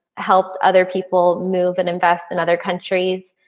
helped other people move and invest in other countries.